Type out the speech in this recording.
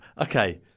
okay